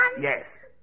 Yes